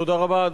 תודה רבה.